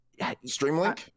Streamlink